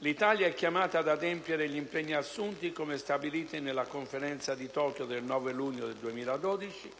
L'Italia è chiamata ad adempiere gli impegni assunti come stabiliti nella Conferenza di Tokyo del 9 luglio 2012,